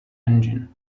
engine